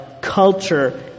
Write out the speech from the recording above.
culture